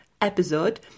episode